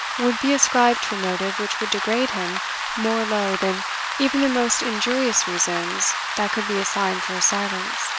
would be ascribed to a motive which would degrade him more low than even the most injurious reasons that could be assigned for his silence.